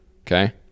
Okay